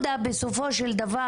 בסופו של דבר,